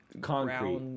concrete